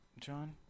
John